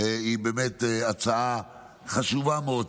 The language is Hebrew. היא באמת חשובה מאוד,